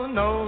no